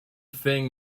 thing